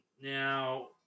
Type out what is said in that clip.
Now